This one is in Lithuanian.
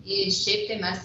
šiaip tai mes